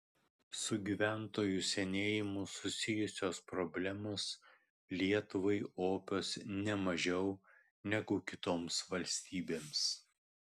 su gyventojų senėjimu susijusios problemos lietuvai opios ne mažiau negu kitoms valstybėms